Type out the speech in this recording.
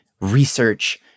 research